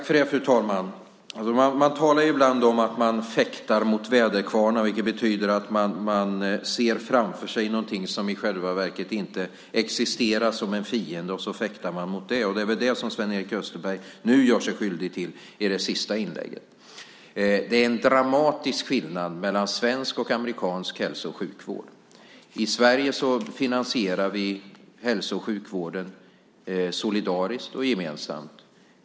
Fru talman! Man talar ibland om att man fäktar mot väderkvarnar, vilket betyder att man ser framför sig en fiende som i själva verket inte existerar men ändå fäktar mot den. Det var det som Sven-Erik Österberg gjorde sig skyldig till i det sista inlägget. Det är en dramatisk skillnad mellan svensk och amerikansk hälso och sjukvård. I Sverige finansierar vi hälso och sjukvården solidariskt och gemensamt.